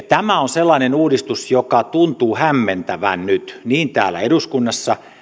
tämä on sellainen uudistus joka tuntuu hämmentävän nyt niin täällä eduskunnassa